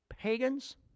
pagans